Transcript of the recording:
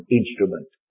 instrument